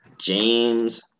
James